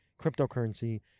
cryptocurrency